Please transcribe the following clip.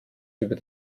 über